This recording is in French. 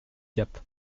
gap